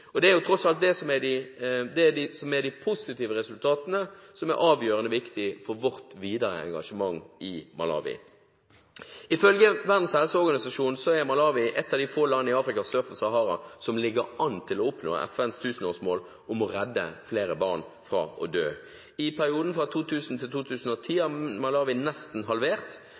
Det er tross alt de positive resultatene som er avgjørende viktig for vårt videre engasjement i Malawi. Ifølge Verdens helseorganisasjon er Malawi et av de få land i Afrika sør for Sahara som ligger an til å oppnå FNs tusenårsmål om å redde flere barn fra å dø. I perioden fra 2000 til 2010 har Malawi nesten halvert